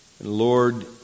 Lord